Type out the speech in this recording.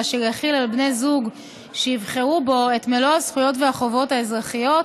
ואשר יחיל על בני זוג שיבחרו בו את מלוא הזכויות והחובות האזרחיות